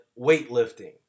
weightlifting